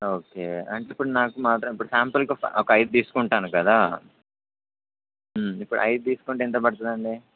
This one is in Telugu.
ఓకే అంటే ఇప్పుడు నాకు మాత్రం ఇప్పుడు శాంపల్కి ఒక ఐదు తీసుకుంటాను కదా ఇప్పుడు ఐదు తీసుకుంటే ఎంత పడుతుందండి